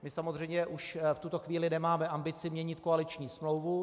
My samozřejmě už v tuto chvíli nemáme ambici měnit koaliční smlouvu.